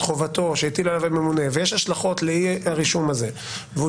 חובתו שהטיל עליו הממונה ויש השלכות לאי הרישום הזה והוא